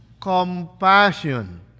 compassion